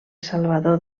salvador